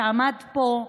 שעמד פה.